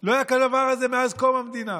לא היה כדבר הזה מאז קום המדינה.